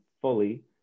fully